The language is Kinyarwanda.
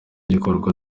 gikorwa